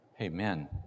Amen